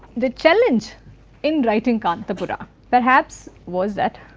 the challenge in writing kanthapura perhaps was that,